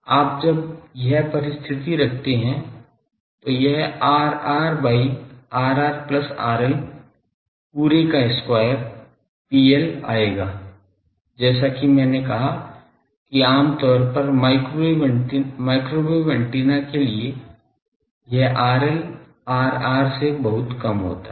आप जब यह परिस्थिति रखते है तो यह Rr by Rr plus RL पूरे का square PL आएगा जैसा कि मैंने कहा कि आमतौर पर माइक्रोवेव एंटेना के लिए यह RL Rr से बहुत कम होता है